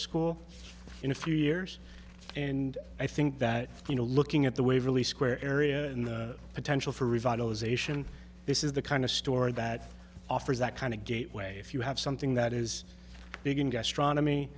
school in a few years and i think that you know looking at the waverly square area and the potential for revitalization this is the kind of story that offers that kind of gateway if you have something that is big and gastron